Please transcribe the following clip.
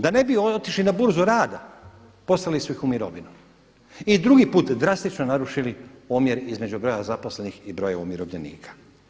Da ne bi otišli na burzu rada poslali su ih u mirovinu i drugi put drastično narušili omjer između broja zaposlenih i broja umirovljenika.